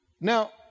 Now